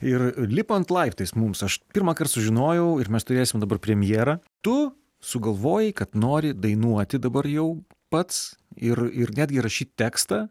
ir lipant laiptais mums aš pirmąkart sužinojau ir mes turėsim dabar premjerą tu sugalvojai kad nori dainuoti dabar jau pats ir ir netgi rašyt tekstą